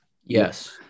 Yes